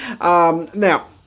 Now